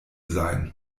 sein